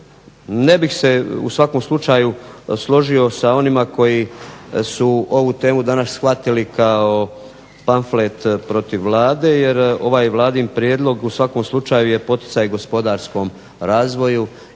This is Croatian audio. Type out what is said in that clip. Ne bih se u svakom slučaju složio sa onima koji su ovu temu danas shvatili kao pamflet protiv Vlade jer ovaj Vladin prijedlog u svakom slučaju je poticaj gospodarskom razvoju